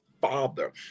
father